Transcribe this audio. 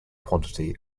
quantity